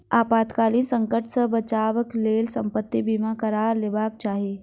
आपातकालीन संकट सॅ बचावक लेल संपत्ति बीमा करा लेबाक चाही